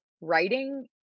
writing